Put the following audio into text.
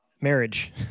marriage